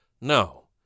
No